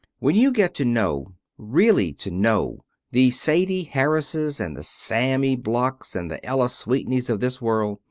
when you get to know really to know the sadie harrises and the sammy blochs and the ella sweeneys of this world,